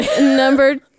number